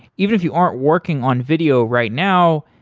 even if you aren't working on video right now,